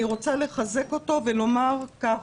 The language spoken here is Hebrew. אני רוצה לחזק אותו ולומר כך: